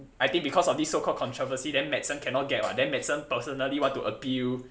I think because of these so called controversy then medicine cannot get [what] then medicine personally want to appeal